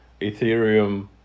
ethereum